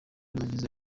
nagize